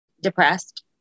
depressed